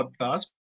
podcast